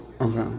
Okay